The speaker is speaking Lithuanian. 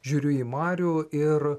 žiūriu į marių ir